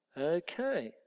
Okay